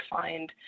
find